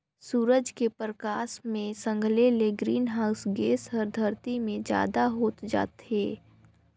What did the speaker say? सूरज के परकास मे संघले ले ग्रीन हाऊस गेस हर धरती मे जादा होत जाथे